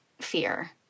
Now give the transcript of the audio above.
fear